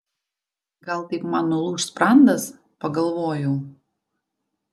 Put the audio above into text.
gal taip man nulūš sprandas pagalvojau